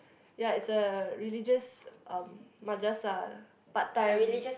ya it's a religious um madrasah part time